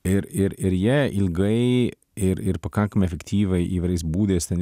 ir ir ir jie ilgai ir ir pakankamai efektyviai įvairiais būdais ten